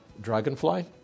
Dragonfly